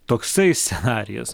toksai scenarijus